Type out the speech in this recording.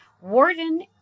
Warden